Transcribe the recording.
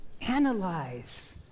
Analyze